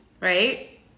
right